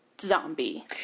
zombie